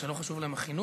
שלא חשוב להן החינוך,